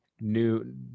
new